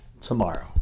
tomorrow